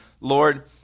Lord